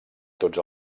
tots